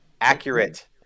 Accurate